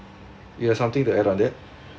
you have something to add on it